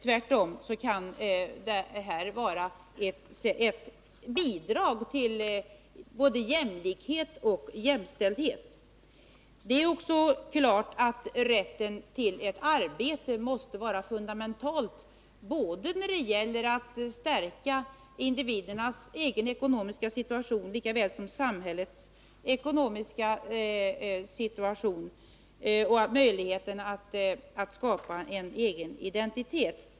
Tvärtom kan vad som nu föreslås vara ett bidrag till både jämlikhet och jämställdhet. Det är också klart att rätten till ett arbete måste vara fundamental både när det gäller att stärka individernas egen ekonomiska situation likaväl som samhällets ekonomi och i fråga om möjligheten att skapa en egen identitet.